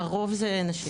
הרוב זה נשים.